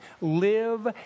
live